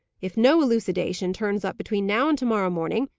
if no elucidation turns up between now and to-morrow morning,